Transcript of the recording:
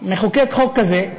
מחוקק חוק כזה,